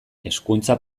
hezkuntza